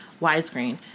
widescreen